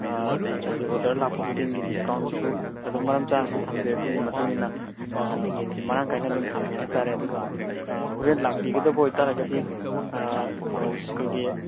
ꯍꯥꯏꯗꯤ ꯑꯣꯔꯗꯔ ꯂꯥꯛꯄ ꯈꯨꯗꯤꯡꯒꯤ ꯗꯤꯁꯀꯥꯎꯟꯁꯨ ꯑꯗꯨꯝ ꯃꯔꯝ ꯆꯥꯅꯁꯨ ꯊꯝꯖꯩ ꯑꯗꯨꯒꯤ ꯃꯇꯨꯡ ꯏꯟꯅ ꯌꯦꯟꯁꯦ ꯃꯔꯥꯡ ꯀꯥꯏꯅ ꯑꯗꯨꯝ ꯊꯝꯃꯦ ꯍꯥꯏꯇꯥꯔꯦ ꯑꯗꯨꯒ ꯍꯣꯔꯦꯟ ꯂꯥꯛꯄꯤꯒꯗꯕ ꯑꯣꯏꯇꯥꯔꯒꯗꯤ ꯑꯩꯈꯣꯏꯒꯤ